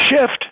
shift